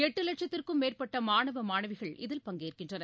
எட்டு லட்சத்திற்கும் மேற்பட்ட மாணவ மாணவிகள் இதில் பங்கேற்கின்றனர்